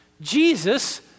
Jesus